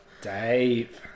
Dave